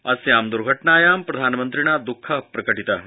अस्यां द्र्घटनायां प्रधानमन्ष्ट्रिणा द्ःख प्रकटितः